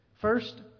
First